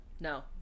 No